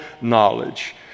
knowledge